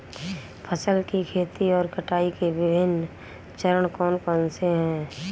फसल की खेती और कटाई के विभिन्न चरण कौन कौनसे हैं?